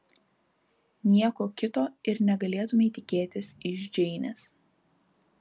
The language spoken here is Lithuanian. nieko kito ir negalėtumei tikėtis iš džeinės